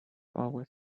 always